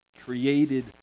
created